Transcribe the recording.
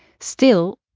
still,